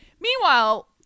Meanwhile